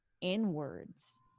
inwards